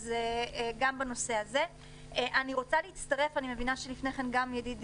אני רוצה להצטרף אני מבינה שלפני כן ידידי,